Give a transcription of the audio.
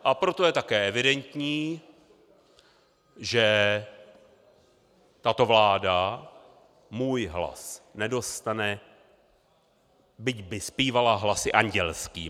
A proto je také evidentní, že tato vláda můj hlas nedostane, byť by zpívala hlasy andělskými.